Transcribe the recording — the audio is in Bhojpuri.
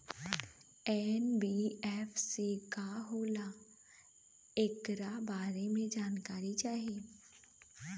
एन.बी.एफ.सी का होला ऐकरा बारे मे जानकारी चाही?